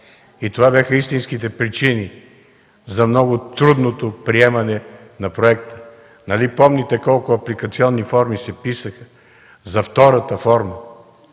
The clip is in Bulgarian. Това бяха истинските причини за много трудното приемане на проекта. Нали помните колко апликационни форми се писаха за втората форма.